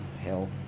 hell